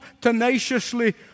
tenaciously